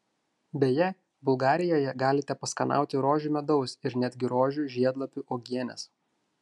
beje bulgarijoje galite paskanauti rožių medaus ir netgi rožių žiedlapių uogienės